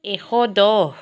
এশ দহ